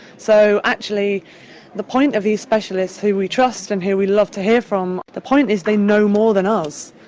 so actually the point of these specialists who we trust and who we love to hear from, the point is they know more than us.